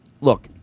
look